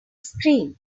screen